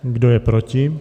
Kdo je proti?